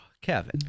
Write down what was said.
Kevin